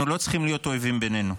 אנחנו לא צריכים להיות אויבים בינינו.